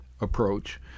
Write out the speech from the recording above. approach